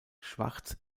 schwartz